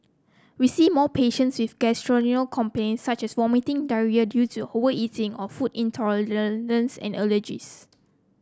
we see more patients with gastrointestinal complaints such as vomiting diarrhoea due to overeating or food and allergies